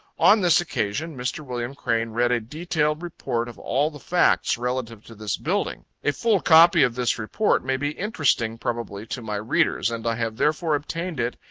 on this occasion mr. wm. crane read a detailed report of all the facts relative to this building a full copy of this report may be interesting probably to my readers, and i have therefore obtained it,